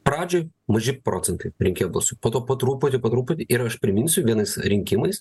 pradžioj maži procentai rinkėjų balsų po to po truputį po truputį ir aš priminsiu vienais rinkimais